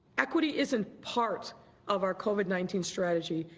equity isn't part of our covid nineteen strategy.